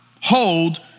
hold